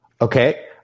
Okay